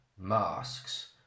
masks